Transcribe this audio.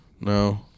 No